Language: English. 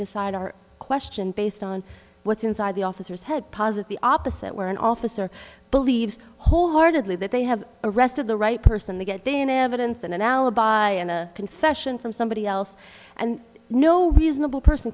decide our question based on what's inside the officers head posit the opposite where an officer believes wholeheartedly that they have arrested the right person to get then evidence and an alibi and a confession from somebody else and no reasonable person